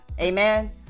Amen